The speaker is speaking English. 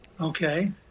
Okay